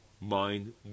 mind